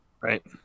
Right